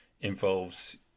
involves